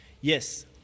yes